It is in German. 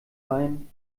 wein